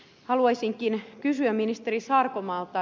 haluaisinkin kysyä ministeri sarkomaalta